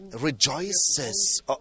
rejoices